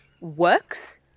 works